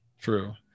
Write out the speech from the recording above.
True